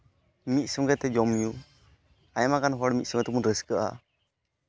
ᱢᱤᱫ ᱥᱚᱝᱜᱮ ᱛᱮ ᱡᱚᱢᱼᱧᱩ ᱟᱭᱢᱟ ᱜᱟᱱ ᱦᱚᱲ ᱢᱤᱫ ᱥᱚᱝᱜᱮ ᱛᱮᱵᱚᱱ ᱨᱟᱹᱥᱠᱟᱹᱜᱼᱟ